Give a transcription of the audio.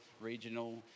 regional